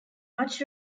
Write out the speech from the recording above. much